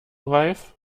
reif